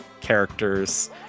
characters